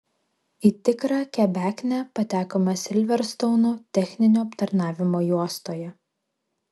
į tikrą kebeknę patekome silverstouno techninio aptarnavimo juostoje